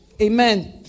Amen